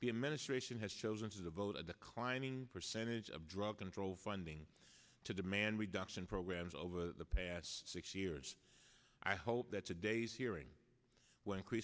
the administration has chosen to devote the climbing percentage of drug control funding to demand reduction programs over the past six years i hope that today's hearing when crea